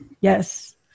Yes